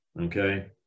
okay